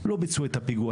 לא ביצעו את הפיגוע.